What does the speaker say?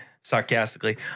Sarcastically